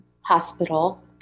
hospital